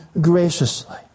graciously